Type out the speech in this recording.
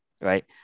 Right